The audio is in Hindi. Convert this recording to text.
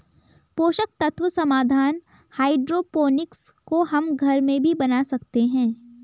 पोषक तत्व समाधान हाइड्रोपोनिक्स को हम घर में भी बना सकते हैं